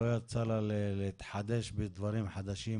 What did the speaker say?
שלא יצא לה להתחדש בדברים חדשים